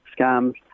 scams